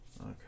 Okay